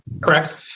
correct